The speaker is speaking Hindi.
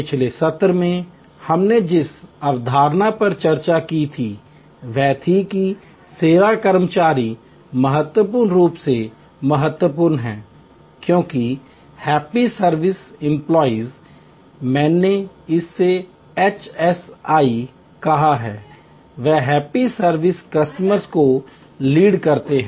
पिछले सत्र में हमने जिस अवधारणा पर चर्चा की थी वह थी कि सेवा कर्मचारी महत्वपूर्ण रूप से महत्वपूर्ण हैं क्योंकि हैप्पी सर्विस इम्प्लॉइज मैंने इसे एचएसई कहा है वे हैप्पी सर्विस कस्टमर्स को लीड करते हैं